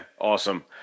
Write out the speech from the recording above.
awesome